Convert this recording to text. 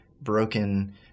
broken